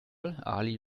ali